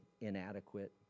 inadequate